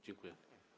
Dziękuję.